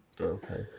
okay